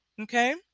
okay